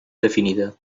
definida